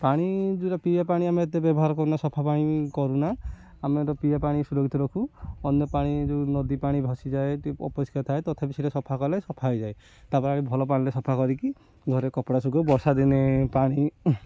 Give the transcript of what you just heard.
ପାଣି ଯେଉଁଟା ପିଆ ପାଣି ଆମେ ଏତେ ବ୍ୟବହାର କରୁନା ସଫା ପାଣି କରୁନା ଆମର ପିଆ ପାଣି ସୁରକ୍ଷିତ ରଖୁ ଅନ୍ୟ ପାଣି ଯେଉଁ ନଦୀ ପାଣି ଭସିଯାଏ ଟିକେ ଅପରିଷ୍କାର ଥାଏ ତଥାପି ସେଇଟା ସଫା କଲେ ସଫା ହେଇଯାଏ ତାପରେ ଆମେ ଭଲ ପାଣିରେ ସଫା କରିକି ଘରେ କପଡ଼ା ଶୁଖୁ ବର୍ଷା ଦିନେ ପାଣି